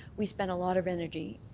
we spend a lot of energy,